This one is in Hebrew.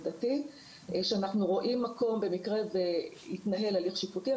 במידה והתנהל הליך שיפוטי,